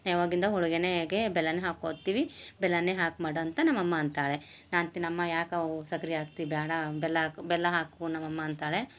ಯಾವಗಿಂದ ಹೊಳ್ಗೆನೇಗೆ ಬೆಲ್ಲನೆ ಹಾಕ್ಕೊತ್ತಿವಿ ಬೆಲ್ಲನೆ ಹಾಕಿ ಮಾಡಂಥ ನಮ್ಮಮ್ಮ ಅಂತಾಳೆ ನಾ ಅಂತಿನ ಅಮ್ಮ ಯಾಕವ್ ಸಕ್ಕರೆ ಹಾಕ್ತಿ ಬ್ಯಾಡ ಬೆಲ್ಲ ಹಾಕಿಬೆಲ್ಲ ಹಾಕು ನಮ್ಮಮ್ಮ ಅಂತಾಳೆ